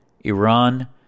Iran